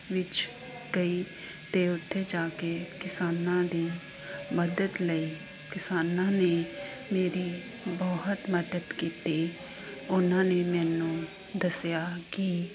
ਵਿੱਚ ਗਈ ਅਤੇ ਓੱਥੇ ਜਾ ਕੇ ਕਿਸਾਨਾਂ ਦੀ ਮਦਦ ਲਈ ਕਿਸਾਨਾਂ ਨੇ ਮੇਰੀ ਬਹੁਤ ਮਦਦ ਕੀਤੀ ਉਨ੍ਹਾਂ ਨੇ ਮੈਨੂੰ ਦੱਸਿਆ ਕਿ